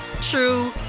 true